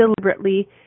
deliberately